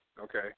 okay